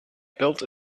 built